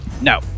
no